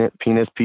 penis